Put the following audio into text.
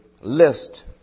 list